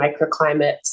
microclimates